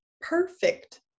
perfect